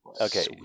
okay